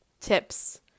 tips